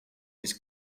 his